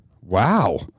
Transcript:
Wow